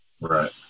Right